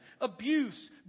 abuse